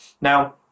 Now